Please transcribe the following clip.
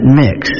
mix